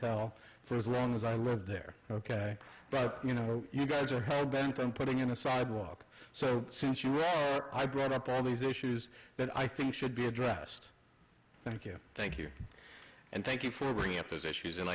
tell for as long as i live there ok but you know you guys are hell bent on putting in a sidewalk so since i brought up all these issues that i think should be addressed thank you thank you and thank you for bringing up those issues and